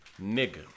Nigga